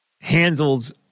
handled